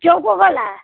চৌকো গলা